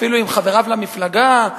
אפילו עם חבריו למפלגה,